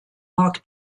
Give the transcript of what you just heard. mark